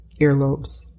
earlobes